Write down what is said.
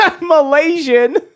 Malaysian